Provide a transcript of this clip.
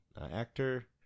actor